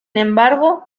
embargo